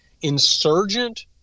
insurgent